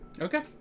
Okay